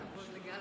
אדוני יו"ר הכנסת,